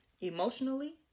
emotionally